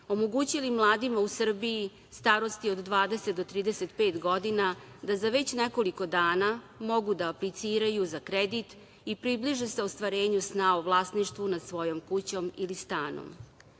omogućili mladima u Srbiji starosti od 20 do 35 godina da za već nekoliko dana mogu da apliciraju za kredit i približe se ostvarenju sna o vlasništvu nad svojom kućom ili stanom. Glasali